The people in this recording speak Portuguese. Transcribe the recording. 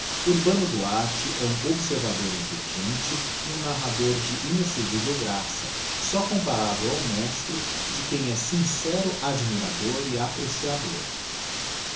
urbano duarte é um observador intelligente e um narrador de inexcedivel graça só comparável ao mestre de quem é sincero admirador e apreciador